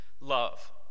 love